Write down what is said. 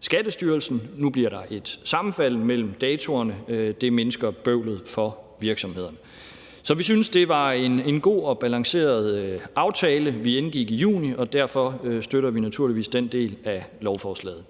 Skattestyrelsen. Nu bliver der et sammenfald mellem datoerne, og det mindsker bøvlet for virksomhederne. Så vi synes, det var en god og balanceret aftale, vi indgik juni, og derfor støtter vi naturligvis den del af lovforslaget.